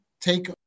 take